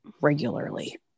Regularly